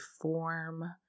form